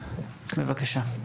בבקשה.